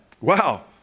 Wow